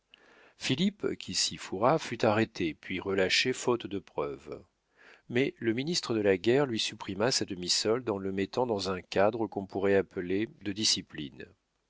philippe qui s'y fourra fut arrêté puis relâché faute de preuves mais le ministre de la guerre lui supprima sa demi-solde en le mettant dans un cadre qu'on pourrait appeler de discipline